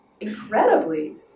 incredibly